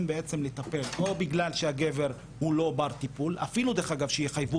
אפילו אם לא נתבקשתן,